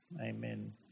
amen